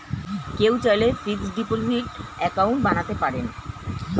কেউ চাইলে fixed deposit account বানাতে পারেন